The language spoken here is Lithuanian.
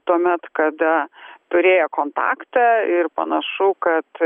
tuomet kada turėjo kontaktą ir panašu kad